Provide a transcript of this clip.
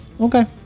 Okay